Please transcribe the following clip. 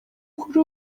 kuri